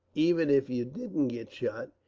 even if you didn't get shot,